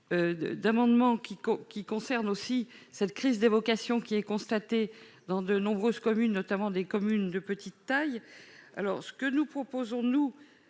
d'amendements qui, qui concerne aussi cette crise des vocations qui est constatée dans de nombreuses communes, notamment des communes de petite taille, alors ce que nous proposons, nous,